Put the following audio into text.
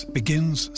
begins